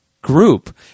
Group